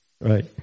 Right